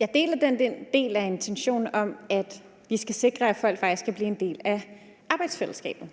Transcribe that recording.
Jeg deler den del af intentionen, der handler om, at vi skal sikre, at folk faktisk kan blive en del af arbejdsfællesskabet